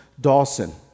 Dawson